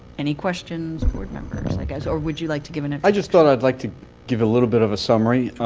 any questions? board members, i guess or would you like to give an introduction? i just thought i'd like to give you a little bit of a summary.